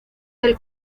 del